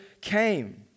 came